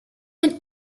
can